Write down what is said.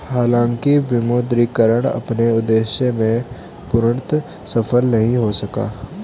हालांकि विमुद्रीकरण अपने उद्देश्य में पूर्णतः सफल नहीं हो सका